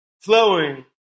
flowing